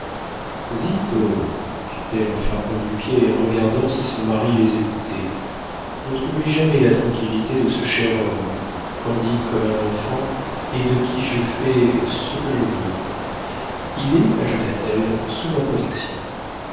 zitto fit-elle en frappant du pied et en regardant si son mari les écoutait ne troublez jamais la tranquillité de ce cher homme candide comme un enfant et de qui je fais ce que je veux il est ajouta-t-elle sous ma protection